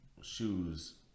shoes